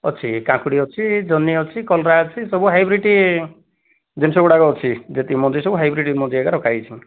ଅଛି କାକୁଡ଼ି ଅଛି ଜହ୍ନି ଅଛି କଲରା ଅଛି ସବୁ ହାଇବ୍ରିଡ଼୍ ଜିନିଷଗୁଡ଼ାକ ଅଛି ଯେତିକ ମଞ୍ଜି ସବୁ ହାଇବ୍ରିଡ଼୍ ମଞ୍ଜି ଏକା ରଖା ହୋଇଛି